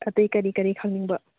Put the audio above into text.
ꯑꯇꯩ ꯀꯔꯤ ꯀꯔꯤ ꯈꯪꯅꯤꯡꯕ